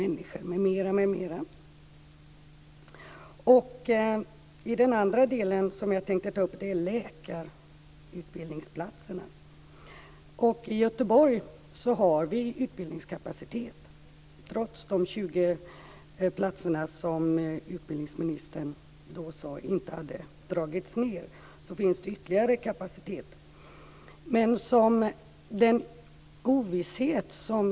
Den andra fråga som jag vill ta upp är läkarutbildningsplatserna. Vi har i Göteborg utbildningskapacitet. Utbildningsministern sade att man inte har dragit in de 20 platserna, men vi har ytterligare kapacitet.